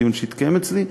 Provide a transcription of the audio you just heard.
בדיון שהתקיים אצלי.